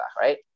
Right